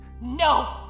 No